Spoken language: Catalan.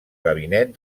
gabinet